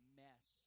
mess